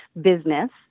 business